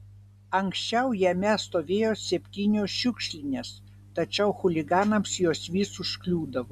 anksčiau jame stovėjo septynios šiukšlinės tačiau chuliganams jos vis užkliūdavo